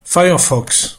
firefox